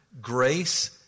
grace